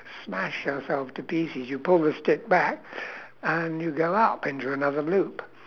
smash ourselves to pieces you pull the stick back and you go up into another loop